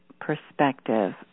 perspective